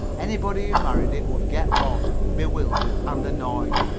anybody who married it would get lost, bewildered, and annoyed,